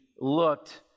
looked